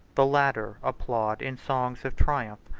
the latter applaud, in songs of triumph,